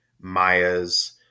Maya's